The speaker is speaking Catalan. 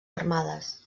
armades